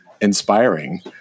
inspiring